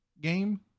game